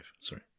sorry